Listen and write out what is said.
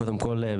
קודם כל,